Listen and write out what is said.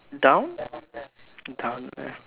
down down